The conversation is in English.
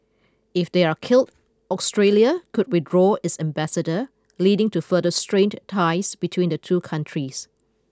if they are killed Australia could withdraw its ambassador leading to further strained ties between the two countries